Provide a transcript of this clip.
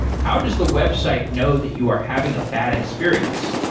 how does the website know that you are having a bad experience?